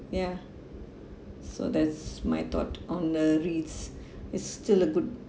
ya so that's my thought on the REITS is still a good